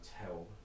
tell